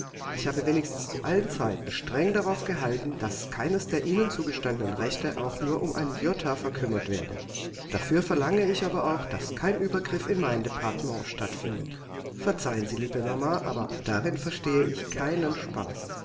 ich habe wenigstens zu allen zeiten streng darauf gehalten daß keines der ihnen zugestandenen rechte auch nur um ein jota verkümmert werde dafür verlange ich aber auch daß kein uebergriff in mein departement stattfindet verzeihen sie liebe mama aber darin verstehe ich keinen spaß